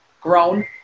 grown